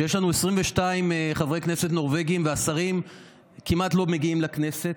שיש לנו 22 חברי כנסת נורבגים והשרים כמעט לא מגיעים לכנסת,